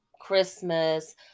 Christmas